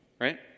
right